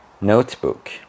notebook